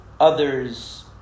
Others